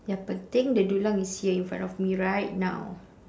yang penting the dulang is here in front of me right now